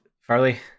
Farley